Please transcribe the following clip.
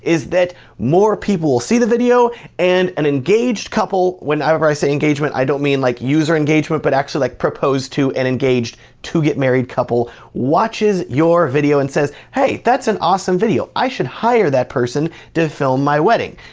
is that more people will see the video and an engaged couple. whenever i say engagement, i don't mean like user engagement, but actually like proposed to and engaged to get married couple watches your video and says, hey, that's an awesome video. i should hire that person to film my wedding.